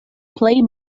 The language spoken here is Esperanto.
plej